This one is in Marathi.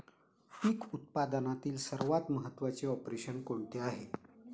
पीक उत्पादनातील सर्वात महत्त्वाचे ऑपरेशन कोणते आहे?